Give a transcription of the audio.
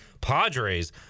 Padres